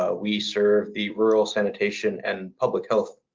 ah we serve the rural sanitation and public health